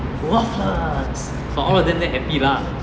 worthless but all of them damn happy lah